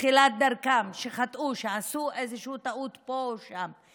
שבתחילת דרכם חטאו ועשו איזושהי טעות פה או שם.